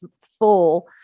full